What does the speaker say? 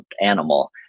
animal